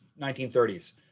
1930s